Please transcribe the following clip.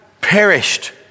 perished